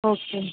okay